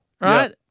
right